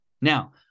now